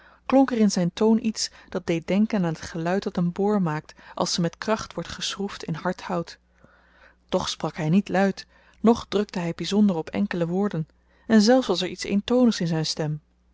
klonk er in zyn toon iets dat denken deed aan t geluid dat een boor maakt als ze met kracht wordt geschroefd in hard hout toch sprak hy niet luid noch drukte hy byzonder op enkele woorden en zelfs was er iets eentonigs in zyn stem